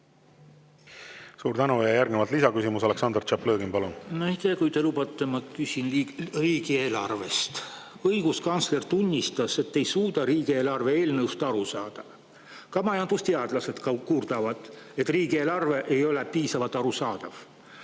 Suur tänu! Ja järgnevalt lisaküsimus, Aleksandr Tšaplõgin, palun! Aitäh! Kui te lubate, ma küsin riigieelarve kohta. Õiguskantsler tunnistas, et ei suuda riigieelarve eelnõust aru saada. Ka majandusteadlased kurdavad, et riigieelarve ei ole piisavalt arusaadav.